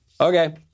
Okay